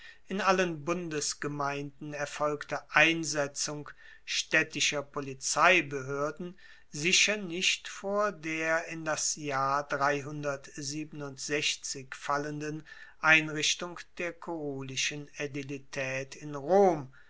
in allen bundesgemeinden erfolgte einsetzung staedtischer polizeibehoerden sicher nicht vor der in das jahr fallenden einrichtung der kurulischen aedilitaet in rom